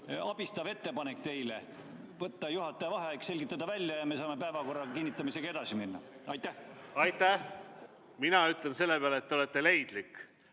abistav ettepanek teile võtta juhataja vaheaeg, selgitada see välja ja me saame päevakorra kinnitamisega edasi minna. Aitäh! Mina ütlen selle peale, et te olete leidlik,